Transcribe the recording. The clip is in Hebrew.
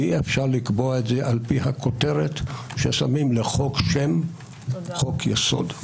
אי-אפשר לקבוע את זה על פי הכותרת ששמים לחוק שם: חוק-יסוד.